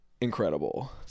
Incredible